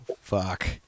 Fuck